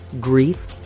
grief